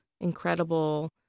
incredible